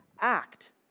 act